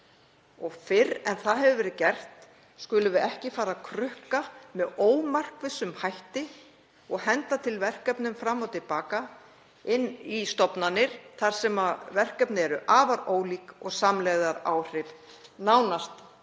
og fyrr en það hefur verið gert skulum við ekki fara að krukka með ómarkvissum hætti og henda verkefnum fram og til baka inn í stofnanir þar sem verkefni eru afar ólík og samlegðaráhrif nánast